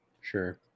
Sure